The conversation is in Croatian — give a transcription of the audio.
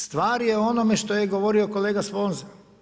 Stvar je o onome što je govorio kolega Sponza.